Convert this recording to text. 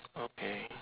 okay